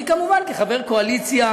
אני, כמובן, כחבר קואליציה,